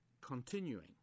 continuing